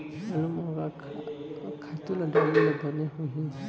आलू म का का खातू दे ले बने होही?